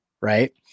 Right